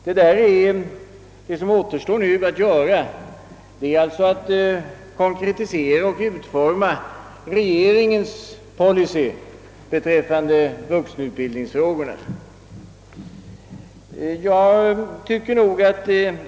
Det som nu återstår att göra är alltså att konkretisera och utforma regeringens policy beträffande vuxenutbildningsfrågorna.